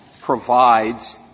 provides –